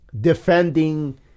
defending